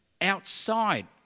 outside